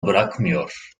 bırakmıyor